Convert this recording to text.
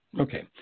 Okay